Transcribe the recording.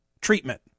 treatment